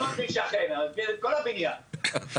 ואז הם אומרים: כבר לא נהיה פה.